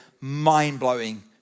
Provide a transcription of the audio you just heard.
mind-blowing